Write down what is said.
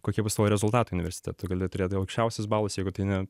kokie bus tavo rezultatai universitete tu gali turėt aukščiausius balus jeigu tai ne